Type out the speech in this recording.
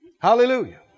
Hallelujah